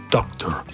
Doctor